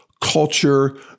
culture